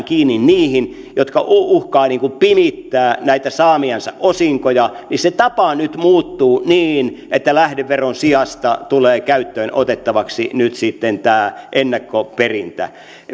kiinni niihin jotka uhkaavat pimittää näitä saamiansa osinkoja muuttuu niin että lähdeveron sijasta tulee käyttöön otettavaksi nyt sitten tämä ennakkoperintä